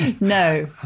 No